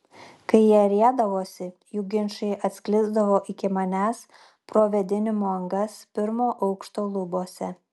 kai jie riedavosi jų ginčai atsklisdavo iki manęs pro vėdinimo angas pirmo aukšto lubose